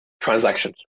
transactions